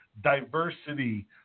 diversity